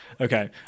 Okay